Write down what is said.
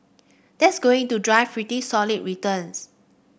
that's going to drive pretty solid returns